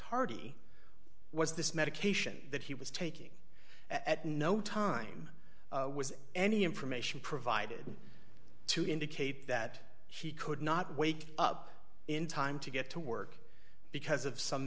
tardy was this medication that he was taking at no time was any information provided to indicate that he could not wake up in time to get to work because of some